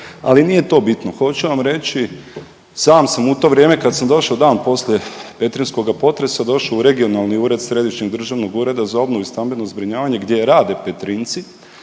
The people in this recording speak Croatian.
Ali nije to bitno, hoću vam reći sam sam u to vrijeme kad sam došao dan poslije petrinjskoga potresa, došao u regionalni ured Središnjeg državnog ureda za obnovu i stambeno zbrinjavanje gdje rade Petrinjci